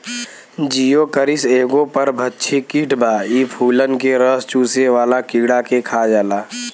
Geocoris एगो परभक्षी कीट बा इ फूलन के रस चुसेवाला कीड़ा के खा जाला